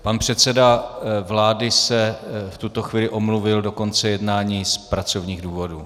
Pan předseda vlády se v tuto chvíli omluvil do konce jednání z pracovních důvodů.